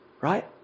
right